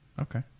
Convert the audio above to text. Okay